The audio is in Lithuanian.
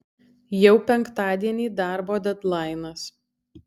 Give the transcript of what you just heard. jau penktadienį darbo dedlainas